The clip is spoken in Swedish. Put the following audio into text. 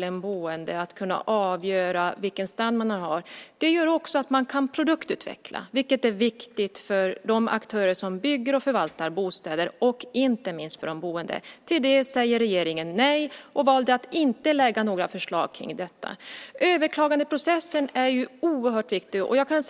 de boende att få avgöra vilken standard de vill ha, också innebär att man kan produktutveckla. Det är viktigt för de aktörer som bygger och förvaltar bostäder och inte minst för de boende. Till detta säger regeringen nej. Man har valt att inte lägga fram några förslag om detta. Överklagandeprocessen är oerhört viktig.